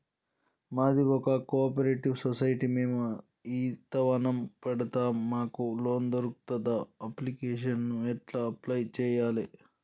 మాది ఒక cooperative society మేము ఈత వనం పెడతం మాకు లోన్ దొర్కుతదా? అప్లికేషన్లను ఎట్ల అప్లయ్ చేయాలే?